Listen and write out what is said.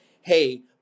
hey